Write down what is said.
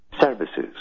services